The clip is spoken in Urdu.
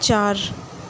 چار